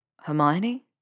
Hermione